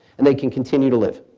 and they can continue to live.